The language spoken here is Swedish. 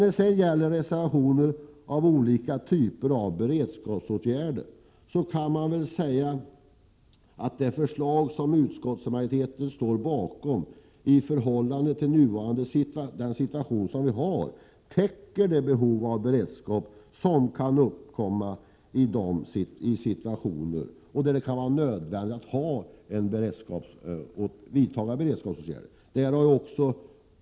När det gäller reservationerna om olika typer av beredskapsåtgärder, kan man väl säga att det förslag som utskottsmajoriteten står bakom i förhållande till den situation som vi för närvarande har täcker de behov som kan uppkomma i situationer där det kan vara nödvändigt att vidta beredskapsåtgärder.